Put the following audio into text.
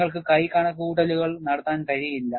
നിങ്ങൾക്ക് കൈ കണക്കുകൂട്ടലുകൾ നടത്താൻ കഴിയില്ല